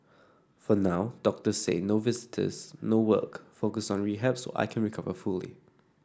for now doctors say no visitors no work focus on rehab so I can recover fully